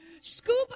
Scoop